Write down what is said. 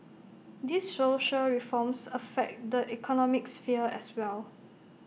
these social reforms affect the economic sphere as well